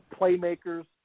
playmakers